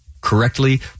correctly